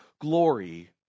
glory